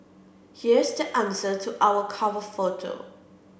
here's the answer to our cover photo